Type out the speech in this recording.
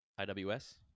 IWS